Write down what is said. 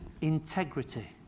integrity